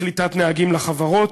בקליטת נהגים לחברות.